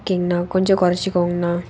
ஓகேங்கண்ணா கொஞ்சம் கொறைச்சிக்கோங்ண்ணா